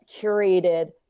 curated